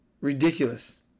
Ridiculous